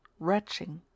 wretching